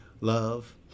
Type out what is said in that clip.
love